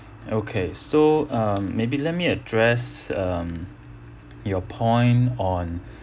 okay so um maybe let me address um your point on